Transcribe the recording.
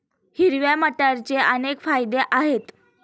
हिरव्या मटारचे अनेक फायदे आहेत